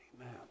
Amen